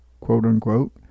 quote-unquote